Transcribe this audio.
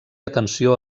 atenció